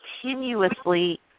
continuously